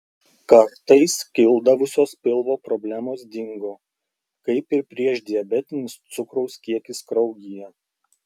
kartais kildavusios pilvo problemos dingo kaip ir priešdiabetinis cukraus kiekis kraujyje